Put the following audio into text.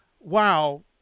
wow